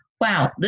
wow